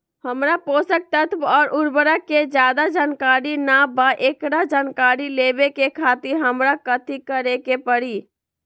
हमरा पोषक तत्व और उर्वरक के ज्यादा जानकारी ना बा एकरा जानकारी लेवे के खातिर हमरा कथी करे के पड़ी?